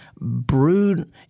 brewed